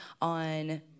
on